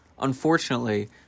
Unfortunately